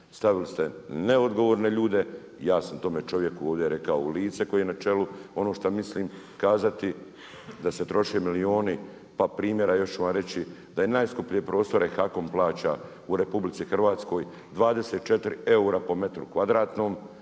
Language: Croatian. Stavili ste neodgovorne ljude i ja sam tome čovjeku rekao u lice koji je na čelu ono što mislim kazati da se troše milijuni. Pa primjera još ću vam reći da najskuplje prostore HAKOM plaća u RH 24 eura po metru kvadratnom